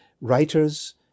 writers